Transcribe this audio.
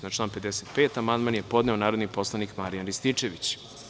Na član 55. amandman je podneo narodni poslanik Marijan Rističević.